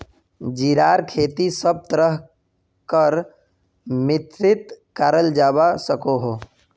जीरार खेती सब तरह कार मित्तित कराल जवा सकोह